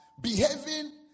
behaving